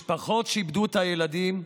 משפחות שאיבדו את הילדים,